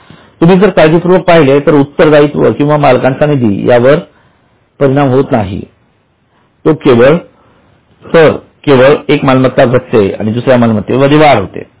जर तुम्ही काळजीपूर्वक पहिले तर येथे उत्तर दायित्व किंवा मालकांचा निधी यावर परिणाम होत नाही तर केवळ एक मालमत्ता घटते आणि दुसऱ्या मध्ये वाढ होते